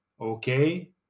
Okay